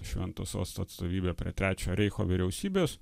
švento sosto atstovybė prie trečiojo reicho vyriausybės